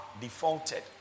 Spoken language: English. defaulted